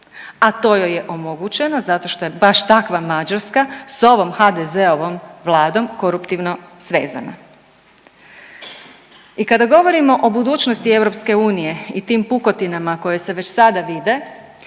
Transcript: a to joj je omogućeno zato što je baš takva Mađarska s ovom HDZ-ovom vladom koruptivno svezana. I kada govorimo o budućnosti EU i tim pukotinama koje se već sada vide